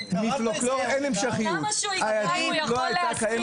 היהדות לא הייתה קיימת אלפי שנים --- למה שיקרא אם הוא יכול להסית?